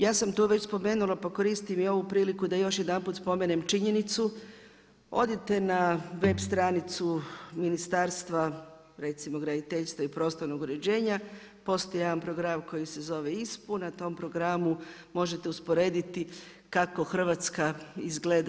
Ja sam to već spomenula, pa koristim i ovu priliku da još jedanput spomenem činjenicu, odite na web strancu Ministarstva graditeljstva i prostornog uređenja, postoji jedan program koji se zove ISPUN, na tom programu možete usporediti kako Hrvatska izgleda.